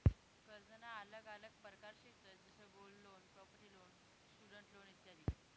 कर्जना आल्लग आल्लग प्रकार शेतंस जसं gold loan, property loan, student loan इत्यादी